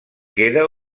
queda